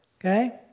okay